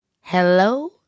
Hello